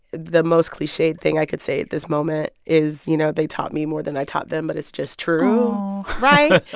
the most cliched thing i could say at this moment is, you know, they taught me more than i taught them. but it's just true right?